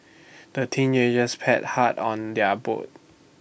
the teenagers pad hard on their boat